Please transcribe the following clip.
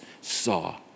saw